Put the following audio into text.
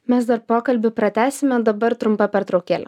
mes dar pokalbį pratęsime dabar trumpa pertraukėlė